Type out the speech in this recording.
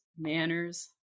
manners